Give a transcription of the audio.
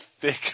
thick